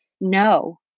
No